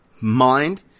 mind